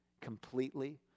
completely